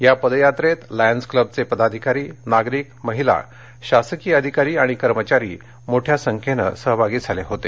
या पदयात्रेत लायन्स क्लबचे पदाधिकारी नागरिक महिला शासकीय अधिकारी आणि कर्मचारी मोठ्या संख्येने सहभागी झाले होते